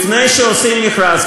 לפני שעושים מכרז,